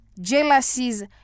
jealousies